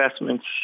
investments